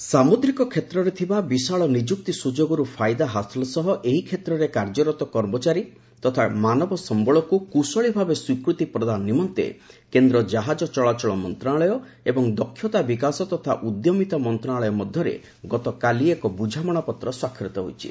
ବୁଝାମଣାପତ୍ର ସାମୁଦ୍ରିକ କ୍ଷେତ୍ରରେ ଥିବା ବିଶାଳ ନିଯୁକ୍ତି ସୁଯୋଗରୁ ଫାଇଦା ହାସଲ ସହ ଏହି କ୍ଷେତ୍ରରେ କାର୍ଯ୍ୟରତ କର୍ମଚାରୀ ତଥା ମାନବ ସମ୍ଭଳକୁ କୁଶଳୀ ଭାବେ ସ୍ୱୀକୃତି ପ୍ରଦାନ ନିମନ୍ତେ କେନ୍ଦ୍ର ଜାହାଜ ଚଳାଚଳ ମନ୍ତ୍ରଣାଳୟ ଏବଂ ଦକ୍ଷତା ବିକାଶ ତଥା ଉଦ୍ୟମିତା ମନ୍ତ୍ରଣାଳୟ ମଧ୍ୟରେ ଗତକାଲି ଏକ ବୁଝାମଣାପତ୍ର ସ୍ୱାକ୍ଷରିତ ହୋଇଛି